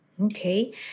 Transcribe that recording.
okay